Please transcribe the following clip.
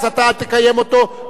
אתה אל תקיים אותו כי זה,